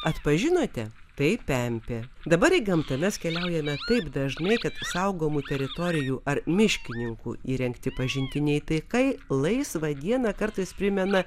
atpažinote tai pempė dabar į gamtą mes keliaujame taip dažnai kad saugomų teritorijų ar miškininkų įrengti pažintiniai takai laisvą dieną kartais primena